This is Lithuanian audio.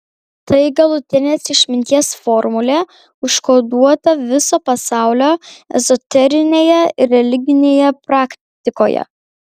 tai galutinės išminties formulė užkoduota viso pasaulio ezoterinėje ir religinėje praktikoje